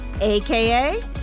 aka